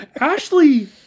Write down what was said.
Ashley